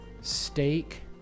steak